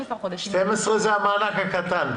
12 - זה המענק הקטן.